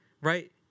right